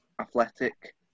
Athletic